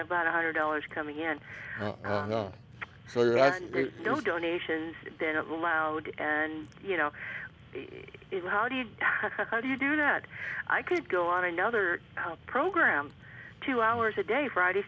about a hundred dollars coming in for no donations then allowed and you know how do you how do you do that i could go on another program two hours a day friday